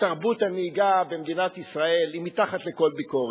ותרבות הנהיגה במדינת ישראל היא מתחת לכל ביקורת,